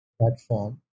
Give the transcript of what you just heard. platform